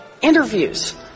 interviews